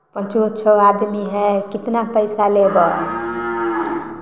पाँच गो छओ आदमी हइ कितना पैसा लेबै